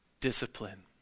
discipline